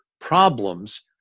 problems